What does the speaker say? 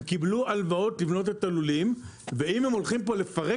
שהם קיבלו הלוואות לבנות את הלולים ואם הם הולכים פה לפרק